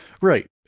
Right